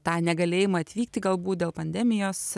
tą negalėjimą atvykti galbūt dėl pandemijos